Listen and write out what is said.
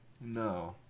no